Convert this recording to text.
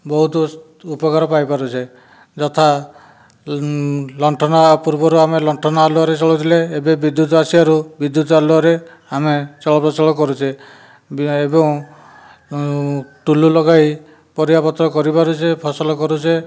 ବହୁତ ଉପକାର ପାଇପାରୁଛେ ଯଥା ଲଣ୍ଠନ ପୂର୍ବରୁ ଆମେ ଲଣ୍ଠନ ଆଲୁଅରେ ଚଳୁଥିଲେ ଏବେ ବିଦ୍ୟୁତ୍ ଆସିବାରୁ ବିଦ୍ୟୁତ୍ ଆଲୁଅରେ ଆମେ ଚଳ ପ୍ରଚଳ କରୁଛେ ଏବଂ ଟୁଲୁ ଲଗାଇ ପରିବାପତ୍ର କରିପାରୁଛେ ଫସଲ କରୁଛେ